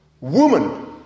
Woman